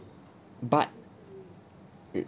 but uh